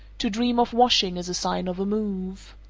to dream of washing is a sign of a move.